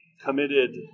committed